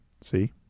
See